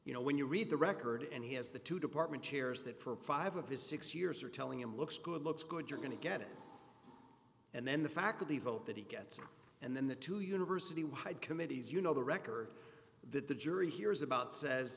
you know when you read the record and he has the two department chairs that for five of his six years are telling him looks good looks good you're going to get it and then the fact of the vote that he gets and then the two university wide committees you know the record that the jury hears about says